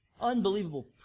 Unbelievable